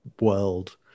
world